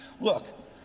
Look